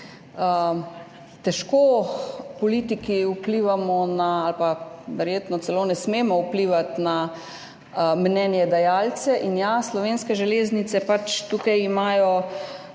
Težko politiki vplivamo ali pa verjetno celo ne smemo vplivati na mnenjedajalce in Slovenske železnice pač imajo